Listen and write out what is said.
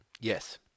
Yes